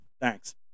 Thanks